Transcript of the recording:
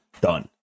done